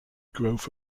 growth